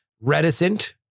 reticent